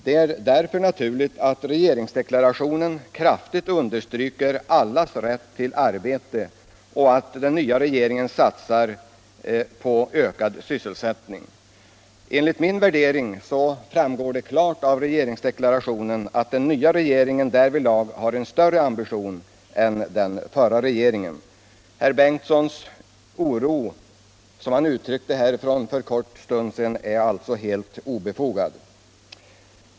Det är därför naturligt att regeringsdekiarationen kraftigt understryker allas rätt till arbete och att den nya regeringen satsar på ökad sysselsättning. Enligt min värdering framgår det klart av regeringsdeklarationen att den nya regeringen därvidlag har en större ambition än den förra regeringen. Den oro som herr Ingemund Bengtsson i Varberg uttryckte från talarstolen för en kort stund sedan är alltså helt obefogad.